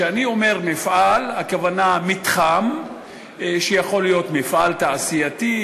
כשאני אומר "מפעל" הכוונה היא למתחם שיכול להיות מפעל תעשייתי,